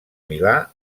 milà